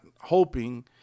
hoping